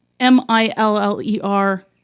M-I-L-L-E-R